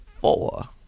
Four